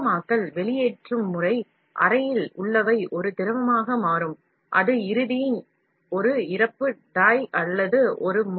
திரவமாக்கல் வெளியேற்றும் முறை அறையில் வைத்திருப்பது ஒரு திரவமாக மாறும் அது இறுதியில் ஒரு die அல்லது முனை வழியாக தள்ளப்படலாம்